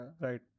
right